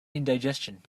indigestion